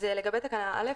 אז לגבי תקנת משנה (א),